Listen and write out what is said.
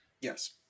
Yes